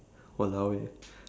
!walao! eh